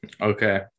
Okay